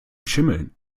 schimmeln